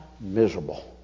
miserable